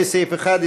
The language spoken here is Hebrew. סעיף 1,